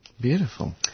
beautiful